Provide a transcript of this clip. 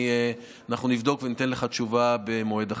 אנחנו נבדוק וניתן לך תשובה במועד אחר.